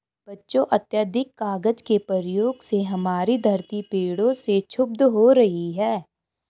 बच्चों अत्याधिक कागज के प्रयोग से हमारी धरती पेड़ों से क्षुब्ध हो रही है